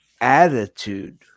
attitude